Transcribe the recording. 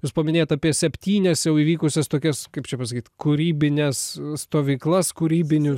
jūs paminėjot apie septynias jau įvykusias tokias kaip čia pasakyt kūrybines stovyklas kūrybinių